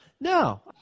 No